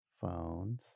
Phones